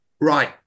right